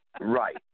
Right